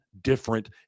different